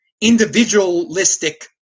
individualistic